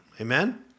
Amen